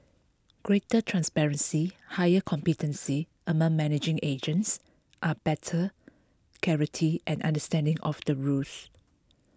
greater transparency higher competency among managing agents are better clarity and understanding of the rules